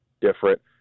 different